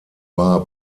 war